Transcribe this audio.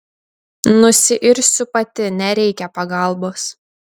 nusiirsiu pati nereikia pagalbos